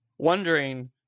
Wondering